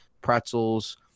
pretzels